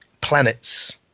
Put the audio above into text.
planets